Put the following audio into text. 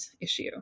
issue